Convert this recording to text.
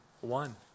one